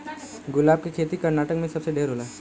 गुलाब के खेती कर्नाटक में सबसे ढेर होला